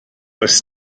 does